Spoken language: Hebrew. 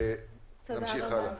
ונמשיך הלאה.